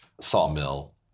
sawmill